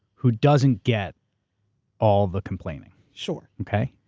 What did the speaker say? who doesn't get all the complaining. sure. okay.